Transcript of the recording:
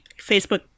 Facebook